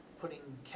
putting